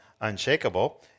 Unshakable